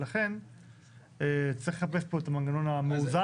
ולכן צריך לחפש פה את המנגנון המאוזן.